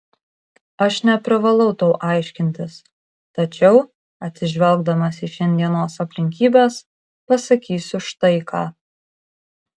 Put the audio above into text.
aš neprivalau tau aiškintis tačiau atsižvelgdamas į šiandienos aplinkybes pasakysiu štai ką